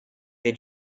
they